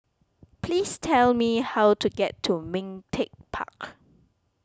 please tell me how to get to Ming Teck Park